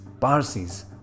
Parsis